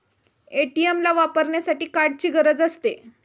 ATM ला वापरण्यासाठी कार्डची गरज असते